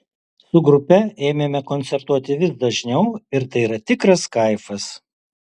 su grupe ėmėme koncertuoti vis dažniau ir tai yra tikras kaifas